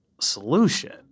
solution